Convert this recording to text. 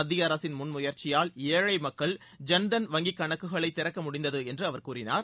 மத்திய அரசின் முன்முயற்சியால் ஏழை மக்கள் ஜன்தன் வங்கி கணக்குகளை திறக்க முடிந்தது என்று அவர் கூறினார்